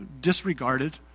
disregarded